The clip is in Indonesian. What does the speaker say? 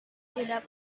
tidak